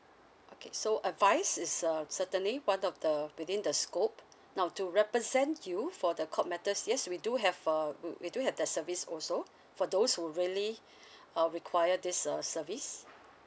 okay so advise is uh certainly part of the within the scope now to represent you for the court matters yes we do have a we do have the service also for those who really uh require this service